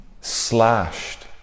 slashed